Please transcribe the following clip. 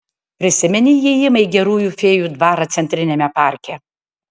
prisimeni įėjimą į gerųjų fėjų dvarą centriniame parke